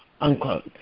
unquote